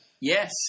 Yes